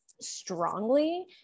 strongly